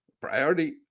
priority